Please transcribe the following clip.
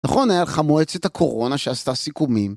נכון הלכה מועצת הקורונה שעשתה סיכומים.